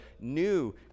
New